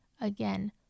Again